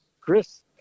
Chris